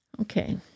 Okay